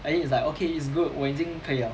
I think it's like okay it's good 我已经可以 liao